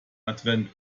advent